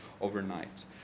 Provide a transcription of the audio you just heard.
overnight